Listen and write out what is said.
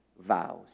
vows